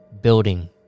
building